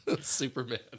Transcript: Superman